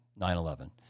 9-11